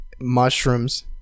mushrooms